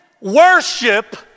worship